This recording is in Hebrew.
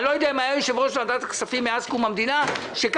אני לא יודע אם היה יושב-ראש ועדת כספים מאז קום המדינה שהיה